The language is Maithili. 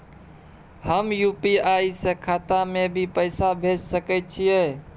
हम यु.पी.आई से खाता में भी पैसा भेज सके छियै?